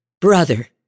brother